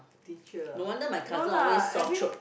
teacher ah no lah every